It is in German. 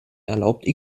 erlaubt